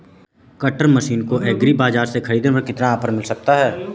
Cutter machine को agri बाजार से ख़रीदने पर कितना ऑफर मिल सकता है?